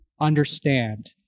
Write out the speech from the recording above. understand